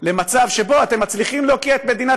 למצב שאתם מצליחים להוקיע את מדינת